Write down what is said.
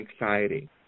anxiety